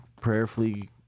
prayerfully